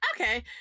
Okay